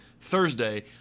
Thursday